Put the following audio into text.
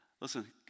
listen